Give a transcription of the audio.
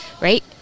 Right